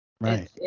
Right